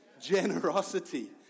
Generosity